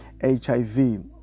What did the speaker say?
HIV